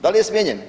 Da li je smijenjen?